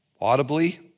Audibly